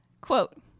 Quote